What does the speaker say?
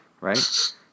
right